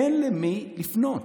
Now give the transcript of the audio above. אין למי לפנות.